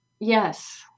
Yes